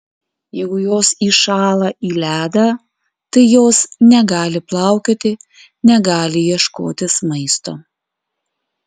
jeigu jos įšąla į ledą tai jos negali plaukioti negali ieškotis maisto